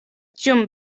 tiom